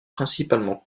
principalement